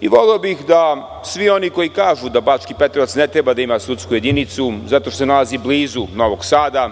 i voleo bih da svi oni koji kažu da Bački Petrovac ne treba da ima sudsku jedinicu, zato što se nalazi blizu Novog Sada,